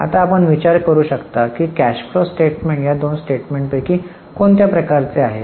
आता आपण विचार करू शकता की कॅश फ्लो स्टेटमेंट या दोन स्टेटमेंट्स पैकी कोणत्या प्रकारचे आहे